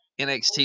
NXT